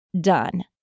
done